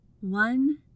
One